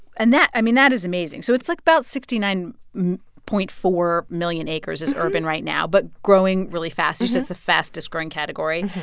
and that i mean, that is amazing. so it's, like, about sixty nine point four million acres is urban right now, but growing really fast. you said the fastest-growing category.